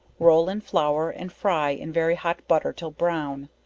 roll in flour, and fry in very hot butter till brown,